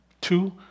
Two